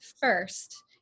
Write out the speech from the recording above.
first